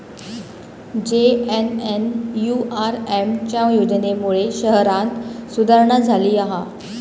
JNNURM च्या योजनेमुळे शहरांत सुधारणा झाली हा